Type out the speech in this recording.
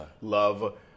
love